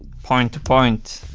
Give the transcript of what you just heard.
point to point,